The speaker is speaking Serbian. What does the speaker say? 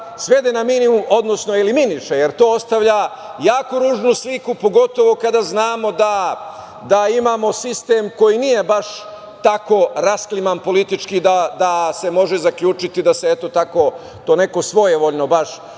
svede na minimum, odnosno eliminiše, jer to ostavlja jako ružnu sliku, pogotovo kada znamo da imamo sistem koji nije baš tako raskliman politički da se može zaključiti da se neko svojevoljno baš